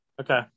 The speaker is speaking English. Okay